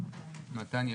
מתן יגל,